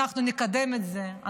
אנחנו נקדם את זה,